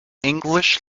english